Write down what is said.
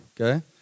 Okay